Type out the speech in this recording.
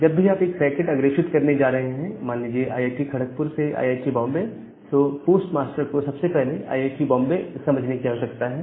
जब भी आप एक पैकेट अग्रेषित करने जा रहे हैं मान लीजिए आईआईटी खड़कपुर से आईआईटी बॉम्बे तक तो पोस्ट मास्टर को सबसे पहले आईआईटी बॉम्बे समझने की आवश्यकता है